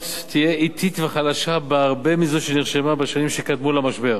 תהיה אטית וחלשה בהרבה מזו שנרשמה בשנים שקדמו למשבר.